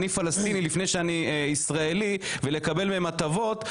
פלסטיני לפני שאני ישראלי ולקבל מהם הטבות,